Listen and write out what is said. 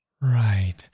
Right